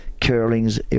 curling's